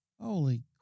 Holy